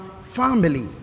family